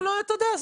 אבל אתה יודע,